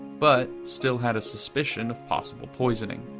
but still had a suspicion of possible poisoning.